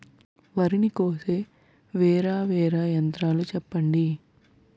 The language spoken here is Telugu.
వరి ని కోసే వేరా వేరా యంత్రాలు చెప్పండి?